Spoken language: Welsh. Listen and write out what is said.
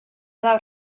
lawr